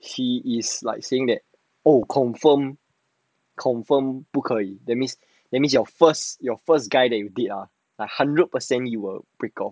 she is like saying that oh confirm confirm 不可以 that means that means your first your first guy that you meet ah like hundred percent you will break off